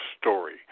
story